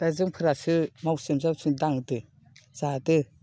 दा जोंफोरासो मावसोम जाबसोम दांदो जादो